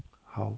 好